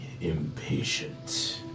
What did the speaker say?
impatient